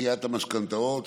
דחיית המשכנתאות